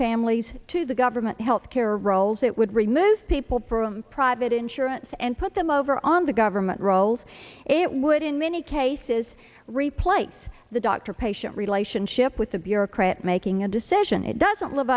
families to the government healthcare rolls that would remove people from private insurance and put them over on the government rolls it would in many cases replace the doctor patient relationship with a bureaucrat making a decision it doesn't live